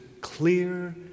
clear